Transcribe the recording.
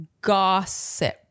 gossip